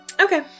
Okay